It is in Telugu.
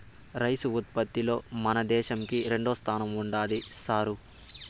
రైసు ఉత్పత్తిలో మన దేశంకి రెండోస్థానం ఉండాది సారూ